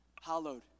Hallowed